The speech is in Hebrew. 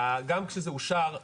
גם כשזה אושר,